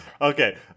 okay